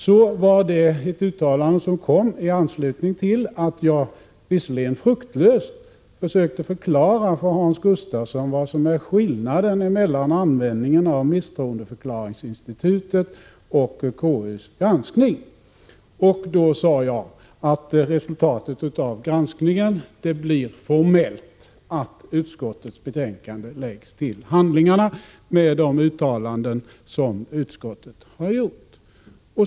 Det var ett uttalande som kom i anslutning till att jag, visserligen fruktlöst, försökte förklara för Hans Gustafsson vad som är skillnaden mellan användningen av misstroendeförklaringsinstitutet och KU:s granskning. Det var då jag sade att resultatet av granskningen formellt blir att utskottets betänkande läggs till handlingarna med de uttalanden som utskottet har gjort.